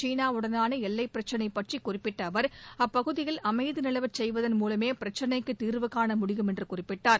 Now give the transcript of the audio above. சீனாவுடனானஎல்லைபிரச்சினைபற்றிகுறிப்பிட்டஅவர் அப்பகுதியில் அமைதிநிலவச் செய்வதன் மூலமேபிரச்சினைக்குதீர்வுகாய முடியும் என்றுகுறிப்பிட்டார்